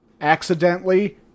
accidentally